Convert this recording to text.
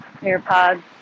AirPods